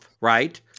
right